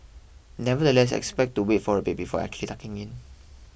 nonetheless expect to wait for a bit before actually tucking in